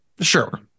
sure